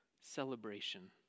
celebration